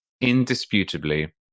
indisputably